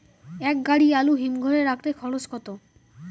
এক গাড়ি আলু হিমঘরে রাখতে খরচ কত?